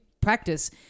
practice –